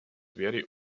wäre